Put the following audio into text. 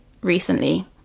recently